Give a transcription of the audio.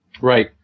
Right